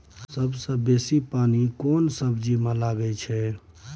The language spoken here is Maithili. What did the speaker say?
सबसे बेसी पानी केना सब्जी मे लागैत अछि?